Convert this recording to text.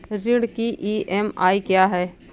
ऋण की ई.एम.आई क्या है?